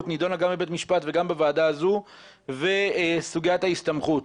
נידונה גם בבית המשפט וגם בוועדה הזו וסוגיית ההסתמכות,